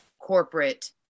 corporate